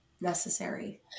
Necessary